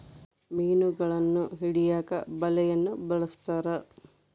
ಮೀನುಗಳನ್ನು ಹಿಡಿಯಕ ಬಲೆಯನ್ನು ಬಲಸ್ಥರ